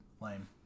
Lame